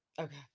okay